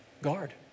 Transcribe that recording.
Guard